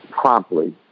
promptly